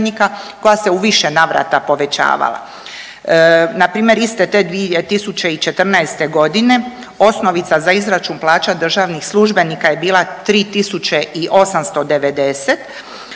koja se u više navrata povećavala. Npr. iste te 2014.g. osnovica za izračun plaća državnih službenika je bila 3.890